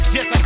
Yes